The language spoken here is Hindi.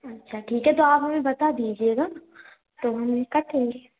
अच्छा ठीक है तो आप हमें बता दीजिएगा तो हम काटेंगे